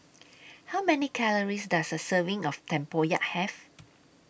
How Many Calories Does A Serving of Tempoyak Have